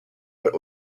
but